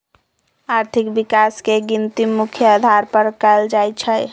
आर्थिक विकास के गिनती मुख्य अधार पर कएल जाइ छइ